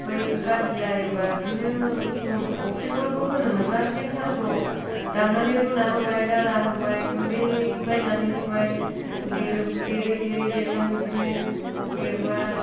बै गार्जि जायोबा बिदिनो अफ्रिफोरबो होनो मोनला बिदिनो थास' दाननानै रुना होबाय दाना होबाय गुन्दै बायनानै होबाय देरै देरै देरनानो बिदिनो देरबा